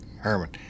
Herman